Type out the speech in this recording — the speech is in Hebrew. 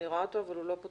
את